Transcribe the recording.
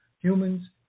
humans